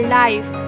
life